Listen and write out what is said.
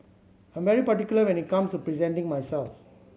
I'm very particular when it comes to presenting myself